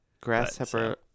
Grasshopper